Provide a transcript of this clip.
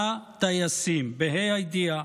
הטייסים, בה"א הידיעה,